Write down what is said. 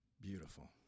beautiful